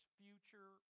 future